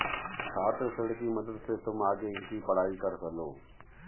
छात्र ऋण की मदद से तुम आगे की पढ़ाई कर लो